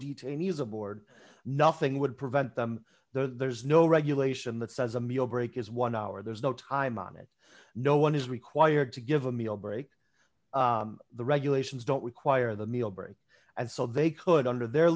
detainees aboard nothing would prevent them there's no regulation that says a meal break is one hour there's no time on it no one is required to give a meal break the regulations don't require the meal break and so they could under the